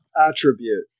attribute